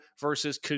versus